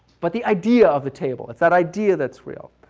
but the idea of the table. it's that idea that's real.